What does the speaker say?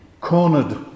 cornered